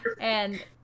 And-